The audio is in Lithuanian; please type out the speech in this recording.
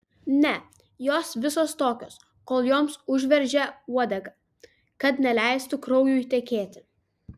ne jos visos tokios kol joms užveržia uodegą kad neleistų kraujui tekėti